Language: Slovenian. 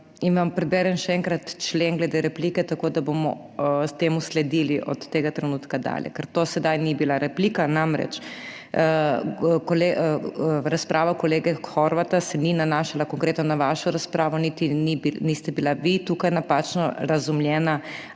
vam preberem še enkrat člen glede replike, tako da bomo temu sledili od tega trenutka dalje, ker to sedaj ni bila replika. Namreč, razprava kolega Horvata se ni nanašala konkretno na vašo razpravo niti niste bili vi tukaj napačno razumljeni